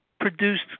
produced